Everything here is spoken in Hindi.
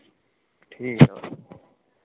ठीक है